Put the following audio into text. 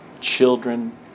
children